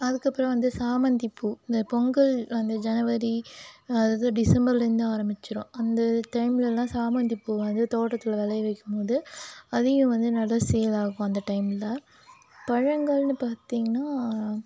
அதுக்கப்புறம் வந்து சாமந்தி பூ இந்த பொங்கல் அந்த ஜனவரி அதாவது டிசம்பர்லிருந்து ஆரம்பிச்சுரும் அந்த டைம்லெலாம் சாமந்தி பூவை வந்து தோட்டத்தில் விளைய வைக்கும்போது அதிலயும் வந்து நல்லா சேல் ஆகும் அந்த டைமில் பழங்களெனு பார்த்திங்னா